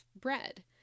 bread